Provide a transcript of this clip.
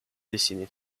dessinée